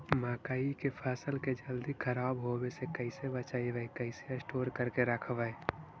मकइ के फ़सल के जल्दी खराब होबे से कैसे बचइबै कैसे स्टोर करके रखबै?